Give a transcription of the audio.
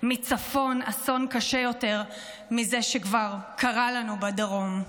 מצפון אסון קשה יותר מזה שכבר קרה לנו בדרום.